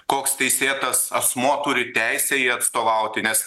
koks teisėtas asmuo turi teisę jį atstovauti nes